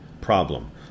Problem